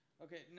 Okay